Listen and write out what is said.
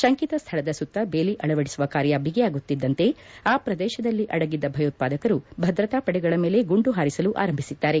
ಶಂಕಿತ ಸ್ಥಳದ ಸುತ್ತ ಬೇಲಿ ಅಳವಡಿಸುವ ಕಾರ್ಯ ಬಿಗಿಯಾಗುತ್ತಿದ್ದಂತೆ ಆ ಪ್ರದೇಶದಲ್ಲಿ ಅಡಗಿದ್ದ ಭಯೋತ್ಪಾದಕರು ಭದ್ರತಾ ಪಡೆಗಳ ಮೇಲೆ ಗುಂಡು ಹಾರಿಸಲು ಆರಂಭಿಸಿದ್ದಾರೆ